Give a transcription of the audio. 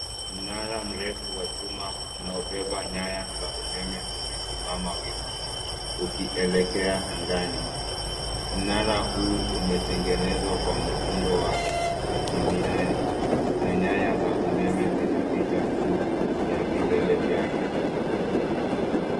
Mnara mrefu wa chuma unaobeba nyaya za umeme umesimama wima ukielekea angani. Mnara huu umetengenezwa kwa muundo wa kimiani na nyaya za umeme zinapita juu ya vilele vyake.